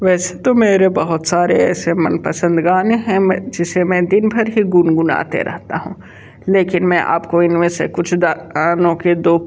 वैसे तो मेरे बहुत सारे ऐसे मनपसंद गाने हैं मैं जिसे मैं दिन भर ही गुनगुनाते रहता हूँ लेकिन मैं आपको इनमें से कुछ गानों के दो